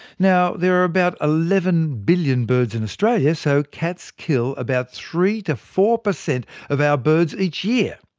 now, there are about eleven billion birds in australia, so cats kill about three to four percent of our birds each year.